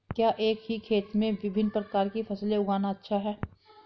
क्या एक ही खेत में विभिन्न प्रकार की फसलें उगाना अच्छा है?